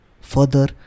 further